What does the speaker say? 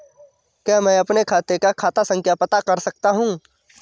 क्या मैं अपने खाते का खाता संख्या पता कर सकता हूँ?